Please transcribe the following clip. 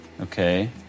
Okay